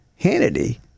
Hannity